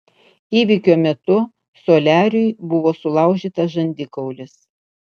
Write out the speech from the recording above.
įvykio metu soliariui buvo sulaužytas žandikaulis